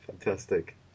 fantastic